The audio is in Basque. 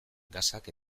gasak